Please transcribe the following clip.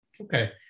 Okay